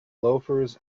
loafers